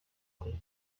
kuri